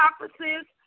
conferences